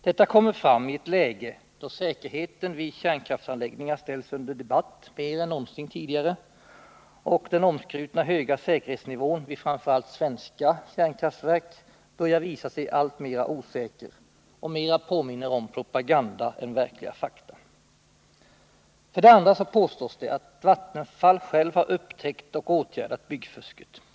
Detta kommer fram i ett läge då säkerheten vid kärnkraftsanläggningar ställs under debatt mer än någonsin tidigare, och den omskrutna, höga säkerhetsnivån, vid framför allt svenska kärnkraftverk, börjar visa sig alltmera osäker och påminna mera om propaganda än om verkliga fakta. För det andra påstås det att Vattenfall självt har upptäckt och åtgärdat byggfusket.